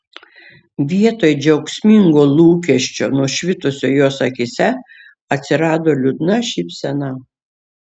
vietoj džiaugsmingo lūkesčio nušvitusio jos akyse atsirado liūdna šypsena